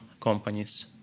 companies